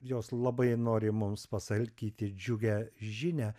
jos labai nori mums pasakyti džiugią žinią